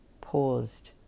paused